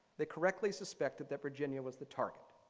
they correctly suspected that virginia was the target.